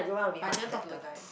but I didn't talk to the guy